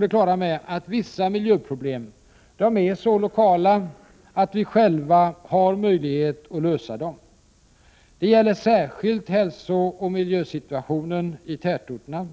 det klara med att vissa miljöproblem är så lokala att vi själva har möjlighet att lösa dem. Det gäller särskilt hälsooch miljösituationen i tätorterna.